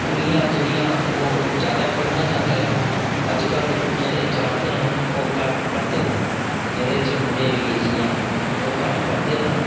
कुड़ियां जेह्ड़ियां न ओह् ज्यादा पढ़ना चांह्दियां न अजकल जेह्ड़े जागत न ओह् घट्ट पढ़दे न जेह्दे च मुड़े होइयै जि'यां ओह् घट्ट पढ़दे न